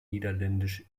niederländisch